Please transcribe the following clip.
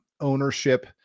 ownership